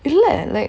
இல்ல:illa like